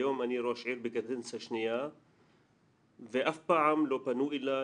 היום אני ראש עיר בקדנציה שנייה ואף פעם לא פנו אלי,